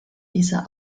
diese